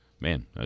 man